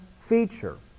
feature